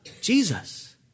Jesus